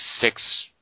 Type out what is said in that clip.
six